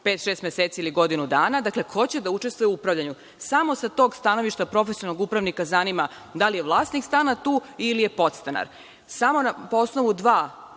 šest meseci ili godinu dana. Dakle, ko će da učestvuje u upravljanju. Samo sa tog stanovišta profesionalnog upravnika zanima da li je vlasnik stana tu ili je podstanar.